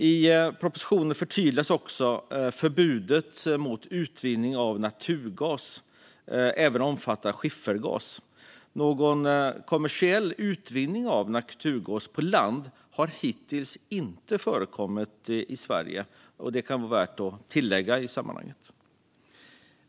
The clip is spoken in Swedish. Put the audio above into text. I propositionen förtydligas att förbudet mot utvinning av naturgas även omfattar skiffergas. Någon kommersiell utvinning av naturgas på land har dock hittills inte förekommit i Sverige. Detta kan vara värt att tillägga i sammanhanget.